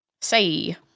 Say